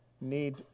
need